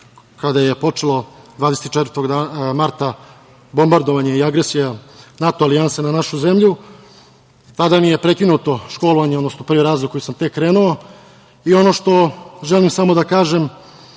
kada je počelo 24. marta bombardovanje i agresija NATO alijanse, na našu zemlju, tada mi je prekinuto školovanje, odnosno prvi razred u koji sam tek krenuo. Ono što želim samo da kažem,